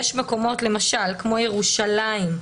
למשל, ירושלים.